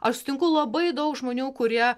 aš sutinku labai daug žmonių kurie